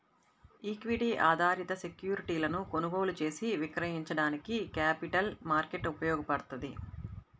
equity ఆధారిత సెక్యూరిటీలను కొనుగోలు చేసి విక్రయించడానికి క్యాపిటల్ మార్కెట్ ఉపయోగపడ్తది